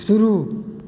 शुरू